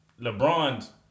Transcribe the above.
LeBron's